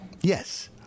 Yes